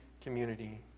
community